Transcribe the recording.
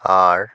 আর